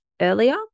earlier